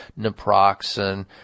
naproxen